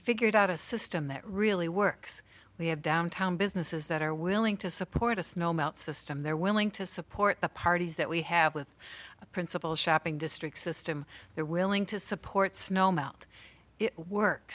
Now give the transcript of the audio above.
figured out a system that really works we have downtown businesses that are willing to support a snow melts the system they're willing to support the parties that we have with the principal shopping district system they're willing to support snow melt it work